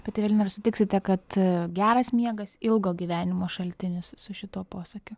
pati evelina ar sutiksite kad geras miegas ilgo gyvenimo šaltinis su šituo posakiu